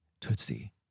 tootsie